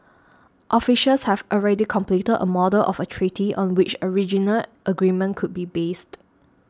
officials have already completed a model of a treaty on which a regional agreement could be based